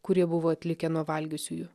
kurie buvo atlikę nuo valgiusiųjų